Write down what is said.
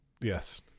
Yes